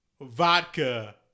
Vodka